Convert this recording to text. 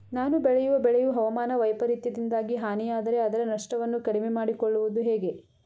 ನಾನು ಬೆಳೆಯುವ ಬೆಳೆಯು ಹವಾಮಾನ ವೈಫರಿತ್ಯದಿಂದಾಗಿ ಹಾನಿಯಾದರೆ ಅದರ ನಷ್ಟವನ್ನು ಕಡಿಮೆ ಮಾಡಿಕೊಳ್ಳುವುದು ಹೇಗೆ?